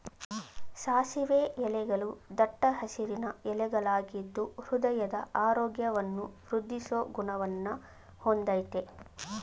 ಸಾಸಿವೆ ಎಲೆಗಳೂ ದಟ್ಟ ಹಸಿರಿನ ಎಲೆಗಳಾಗಿದ್ದು ಹೃದಯದ ಆರೋಗ್ಯವನ್ನು ವೃದ್ದಿಸೋ ಗುಣವನ್ನ ಹೊಂದಯ್ತೆ